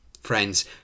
Friends